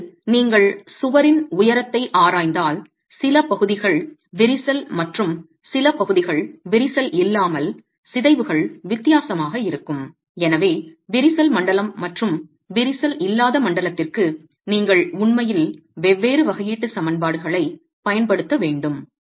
இப்போது நீங்கள் சுவரின் உயரத்தை ஆராய்ந்தால் சில பகுதிகள் விரிசல் மற்றும் சில பகுதிகள் விரிசல் இல்லாமல் சிதைவுகள் வித்தியாசமாக இருக்கும் எனவே விரிசல் மண்டலம் மற்றும் விரிசல் இல்லாத மண்டலத்திற்கு நீங்கள் உண்மையில் வெவ்வேறு வகையீட்டு சமன்பாடுகளைப் பயன்படுத்த வேண்டும்